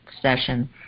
session